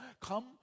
Come